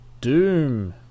doom